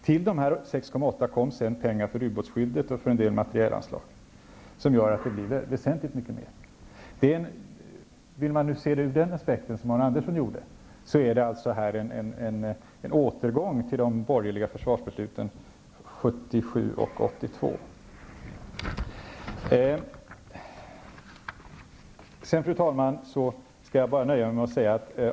Till dessa 6,8 miljarder kom sedan pengar för ubåtsskyddet och till en del materielanslag, något som gjorde att det blev väsentligt mycket mer. Vill man se det ur den aspekt som Arne Andersson gjorde, är detta en återgång till de borgerliga försvarsbesluten av år 1977 och år 1982. Fru talman! Jag skall nöja mig med att säga följande.